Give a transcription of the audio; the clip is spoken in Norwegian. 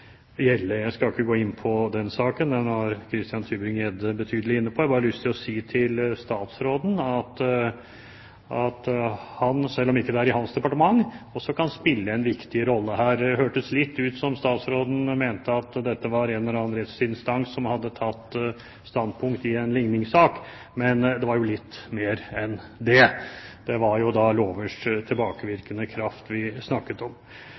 Jeg skal ikke gå inn på den saken, den var Christian Tybring-Gjedde betydelig inne på. Jeg har bare lyst til å si til statsråden at han, selv om det ikke er i hans departement, kan spille en viktig rolle her. Det hørtes litt ut som om statsråden mente at denne saken dreier seg om en eller annen rettsinstans som har tatt standpunkt i en ligningssak, men det dreier seg jo om litt mer enn det. Det er lovers tilbakevirkende kraft vi snakker om.